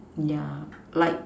yeah like